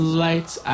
lights